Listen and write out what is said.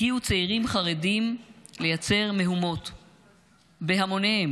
הגיעו צעירים חרדים לייצר מהומות בהמוניהם.